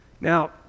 Now